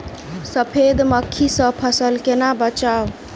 सफेद मक्खी सँ फसल केना बचाऊ?